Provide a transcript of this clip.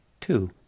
Two